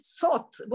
thought